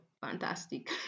fantastic